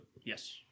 Yes